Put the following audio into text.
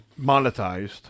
monetized